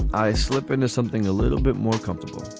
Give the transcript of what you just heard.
i slip into something a little bit more comfortable